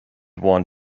want